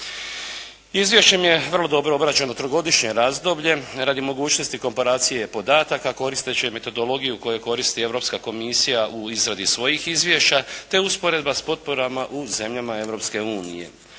Izvješćem je vrlo dobro obrađeno trogodišnje razdoblje radi mogućnosti komparacije podataka koristeći metodologiju koju koristi Europska komisija u izradi svojih izvješća te usporedba sa potporama u zemljama Europske unije.